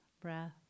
Breath